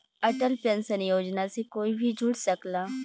Atal pension Yojana से कोई भी जुड़ सकला